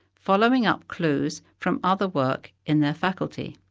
following up clues from other work in their faculty.